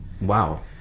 wow